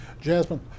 Jasmine